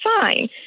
fine